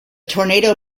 tornado